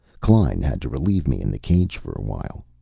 klein had to relieve me in the cage for a while.